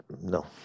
No